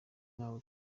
nkawe